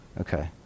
Okay